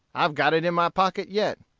i've got it in my pocket yet.